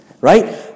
right